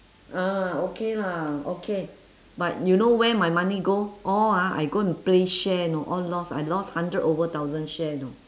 ah okay lah okay but you know where my money go all ah I go and play share know all lost I lost hundred over thousand share know